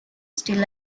still